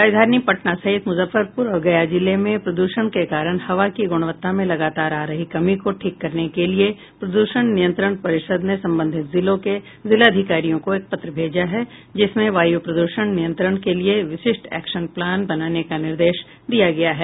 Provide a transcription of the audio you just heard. राजधानी पटना सहित मुजफ्फरपुर और गया जिले में प्रदूषण के कारण हवा की गुणवत्ता में लगातार आ रही कमी को ठीक करने के लिये प्रद्षण नियंत्रण परिषद ने संबंधित जिलों के जिलाधिकारियों को एक पत्र भेजा है जिसमें वायु प्रद्षण नियंत्रण के लिये विशिष्ट एक्शन प्लान बनाने का निर्देश दिया गया है